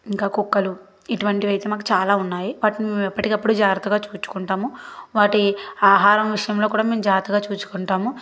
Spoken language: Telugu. ఇంకా కుక్కలు ఇటువంటివి అయితే మాకు చాలా ఉన్నాయి వాటిని మేము ఎప్పటికప్పుడు జాగ్రత్తగా చూసుకుంటాము వాటి ఆహారం విషయంలో కూడా మేము జాగ్రత్తగా చూసుకుంటాము